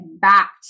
back